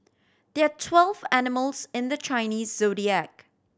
there are twelve animals in the Chinese Zodiac